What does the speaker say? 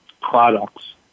products